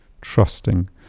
trusting